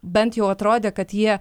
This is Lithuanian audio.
bent jau atrodė kad jie